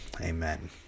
amen